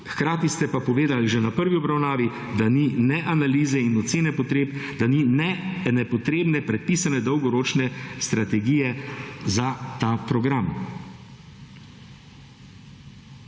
hkrati ste pa povedali že na prvi obravnavi, da ni ne analize in ocene potreb, da ni ene potrebne predpisane dolgoročne strategije za ta program,